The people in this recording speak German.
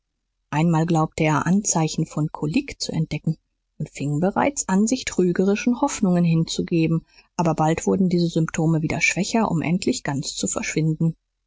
einmal glaubte er anzeichen von kolik zu entdecken und fing bereits an sich trügerischen hoffnungen hinzugeben aber bald wurden diese symptome wieder schwächer um endlich ganz zu verschwinden